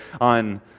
on